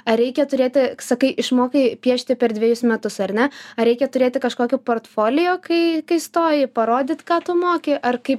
ar reikia turėti sakai išmokai piešti per dvejus metus ar ne ar reikia turėti kažkokį portfolio kai kai stoji parodyt ką tu moki ar kaip